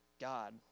God